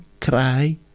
cry